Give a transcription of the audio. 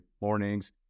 mornings